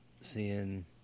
seeing